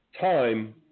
time